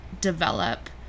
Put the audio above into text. develop